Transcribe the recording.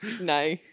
No